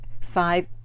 five